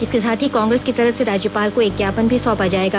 इसके साथ ही कांग्रेस की तरफ से राज्यपाल को एक ज्ञापन भी सौंपा जाएगा